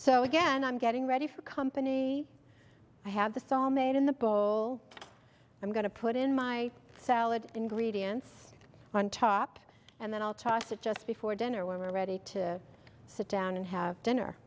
so again i'm getting ready for company i have the saw made in the bowl i'm going to put in my salad ingredients on top and then i'll toss it just before dinner when we're ready to sit down and have dinner